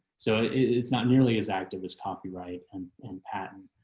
so it's not nearly as active as copyright and and patent.